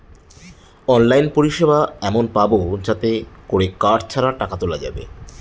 online পরিষেবা এমন পাবো যাতে করে কার্ড ছাড়া টাকা তোলা যাবে